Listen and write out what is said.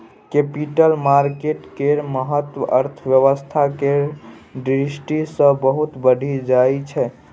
capital market केर महत्व अर्थव्यवस्था केर दृष्टि सँ बहुत बढ़ि जाइ छै